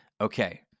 okay